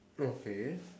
okay